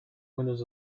windows